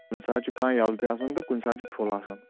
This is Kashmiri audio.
کُنہِ ساتہٕ چھُ کانہہ یَلہٕ تہِ آسان تہٕ کُنہِ ساتہٕ چھِ فُل آسان